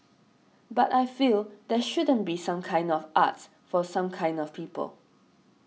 but I feel there shouldn't be some kinds of arts for some kinds of people